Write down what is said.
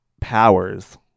powers